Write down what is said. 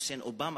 חוסיין אובמה,